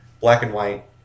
black-and-white